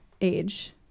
age